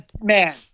man